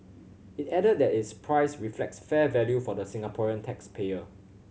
it added that its price reflects fair value for the Singaporean tax payer